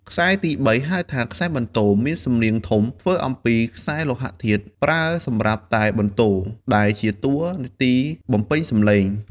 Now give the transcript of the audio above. ខ្សែទីបី ហៅថា ខ្សែបន្ទរ មានសំនៀងធំ ធ្វើអំពីខ្សែលោហធាតុ ប្រើសម្រាប់តែបន្ទរ ដែលជាតួនាទីបំពេញសំឡេង។